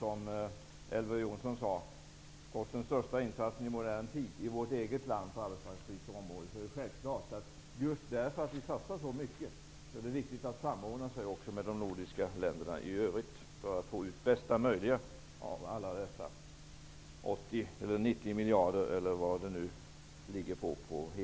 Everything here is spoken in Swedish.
Som Elver Jonsson sade: Trots den största insatsen i modern tid i vårt eget land på arbetsmarknadspolitikens område är det självklart att vi -- just därför att vi satsar så mycket -- också skall samordna arbetet med de övriga nordiska länderna för att få ut det bästa möjliga av de kanske